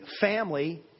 family